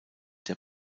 der